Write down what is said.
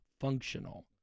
functional